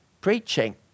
preaching